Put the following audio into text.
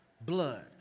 blood